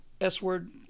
S-word